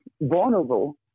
vulnerable